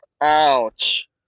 Ouch